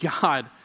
God